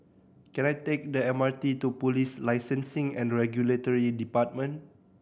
can I take the M R T to Police Licensing and Regulatory Department